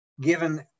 given